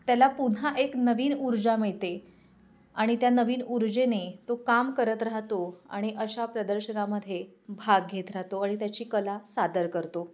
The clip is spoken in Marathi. त्याला पुन्हा एक नवीन ऊर्जा मिळते आणि त्या नवीन ऊर्जेने तो काम करत राहतो आणि अशा प्रदर्शनामध्ये भाग घेत राहतो आणि त्याची कला सादर करतो